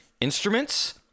instruments